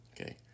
Okay